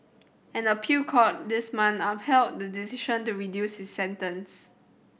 an appeal court this month upheld the decision to reduce his sentence